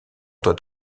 doit